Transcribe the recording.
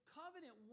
covenant